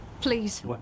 Please